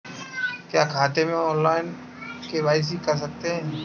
क्या खाते में ऑनलाइन के.वाई.सी कर सकते हैं?